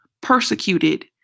Persecuted